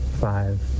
five